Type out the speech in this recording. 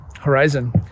horizon